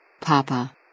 Papa